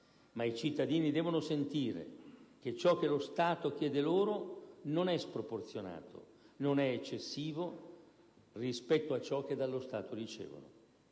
ma i cittadini devono sentire che ciò che lo Stato chiede loro non è sproporzionato, non è eccessivo rispetto a ciò che dallo Stato ricevono.